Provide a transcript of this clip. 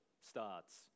starts